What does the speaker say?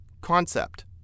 Concept